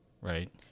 right